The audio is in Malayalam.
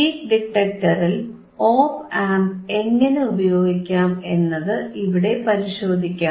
പീക്ക് ഡിറ്റക്ടറിൽ ഓപ് ആംപ് എങ്ങനെ ഉപയോഗിക്കാം എന്നത് ഇവിടെ പരിശോധിക്കാം